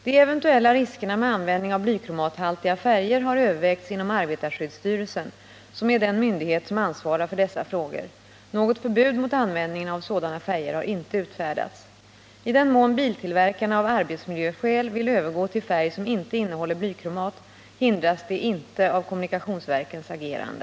De eventuella riskerna med användning av blykromathaltiga färger har övervägts inom arbetarskyddsstyrelsen, som är den myndighet som ansvarar för dessa frågor. Något förbud mot användningen av sådana färger har inte utfärdats. I den mån biltillverkarna av arbetsmiljöskäl vill övergå till färg som inte innehåller blykromat hindras de inte av kommunikationsverkens agerande.